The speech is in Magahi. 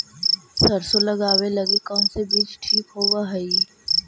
सरसों लगावे लगी कौन से बीज ठीक होव हई?